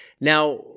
Now